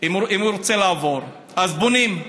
אם הם ירצו לעבור, אז הם בונים,